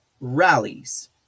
rallies